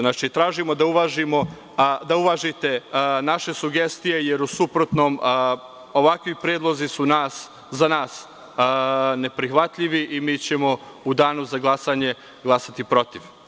Znači, tražimo da uvažite naše sugestije, jer u suprotnom ovakvi predlozi su za nas neprihvatljivi i mi ćemo u danu za glasanje glasati protiv.